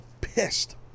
pissed